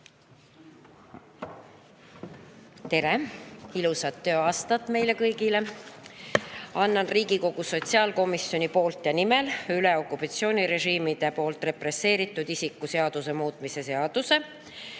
Tere! Ilusat tööaastat meile kõigile! Annan Riigikogu sotsiaalkomisjoni nimel üle okupatsioonirežiimide poolt represseeritud isiku seaduse muutmise seaduse